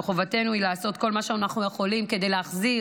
חובתנו היא לעשות כל מה שאנחנו יכולים כדי להחזיר